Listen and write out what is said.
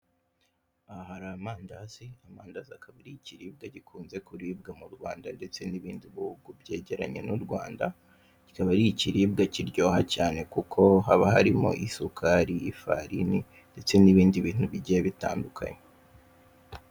Aha hari amandazi, amandazi akabi ari ikiribwa gikunze kuribwa mu Rwanda ndetse n'ibindi bihugu byegeranye n'u Rwanda, kikaba ari ikiribwa kiryoha cyane kuko haba harimo isukari, ifarini ndetse n'ibindi bintu bigiye bitandukanye.